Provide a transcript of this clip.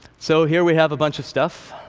so here we have a bunch of stuff,